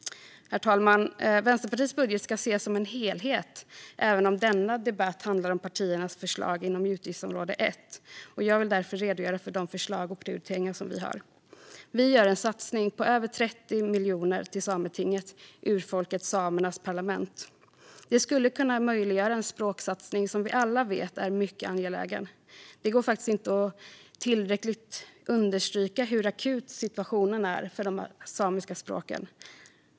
Herr talman! Vänsterpartiets budget ska ses som en helhet, även om denna debatt handlar om partiernas förslag inom utgiftsområde 1. Jag vill därför redogöra för de förslag och prioriteringar som vi har. Vi gör en satsning på över 30 miljoner kronor till Sametinget, urfolket samernas parlament. Det skulle kunna möjliggöra en språksatsning som vi alla vet är mycket angelägen. Det går faktiskt inte att tillräckligt understryka hur akut situationen är för de samiska språken.